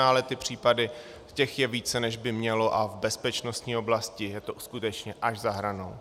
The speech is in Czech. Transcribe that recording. Ale ty případy, těch je více, než by mělo, a v bezpečnostní oblasti je to skutečně až za hranou.